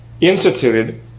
instituted